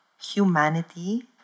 humanity